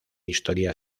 historia